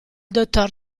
dottor